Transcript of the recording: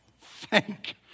Thank